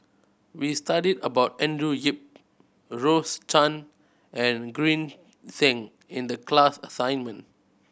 we studied about Andrew Yip Rose Chan and Green Zeng in the class assignment